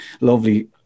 lovely